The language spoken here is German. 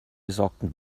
besorgten